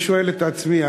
אני שואל את עצמי.